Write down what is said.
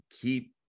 keep